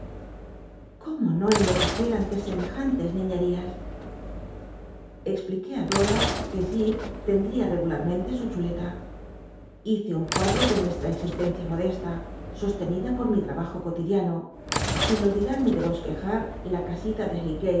cómo no enloquecer ante semejantes niñerías expliqué á dora que jip tendl'ia i cgnlarmcntc su chuleta hice un cuadro de nuestra existencia modesta sostenida pot mi trabajo cotidiano sin olvidarme de bosquejar la casita de